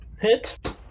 hit